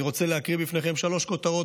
אני רוצה להקריא בפניכם שלוש כותרות